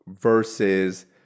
versus